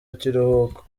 ikiruhuko